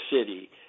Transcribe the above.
City